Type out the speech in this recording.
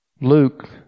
Luke